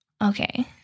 Okay